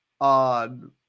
on